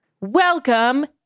Welcome